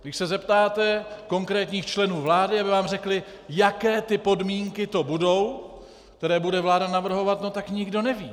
Když se zeptáte konkrétních členů vlády, aby vám řekli, jaké podmínky to budou, které bude vláda navrhovat, tak nikdo neví.